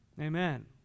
amen